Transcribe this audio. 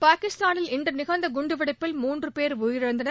பாகிஸ்தானில் இன்று நிகழ்ந்த குண்டுவெடிப்பில் மூன்று பேர் உயிரிழந்தனர்